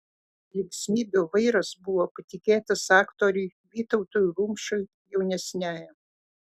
linksmybių vairas buvo patikėtas aktoriui vytautui rumšui jaunesniajam